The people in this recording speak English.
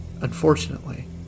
Unfortunately